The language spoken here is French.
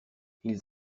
ils